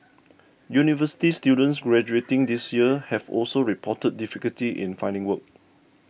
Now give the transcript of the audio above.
university students graduating this year have also reported difficulty in finding work